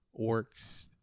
orcs